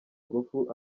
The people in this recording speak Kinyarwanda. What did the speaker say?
ingufu